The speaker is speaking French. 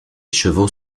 chevaux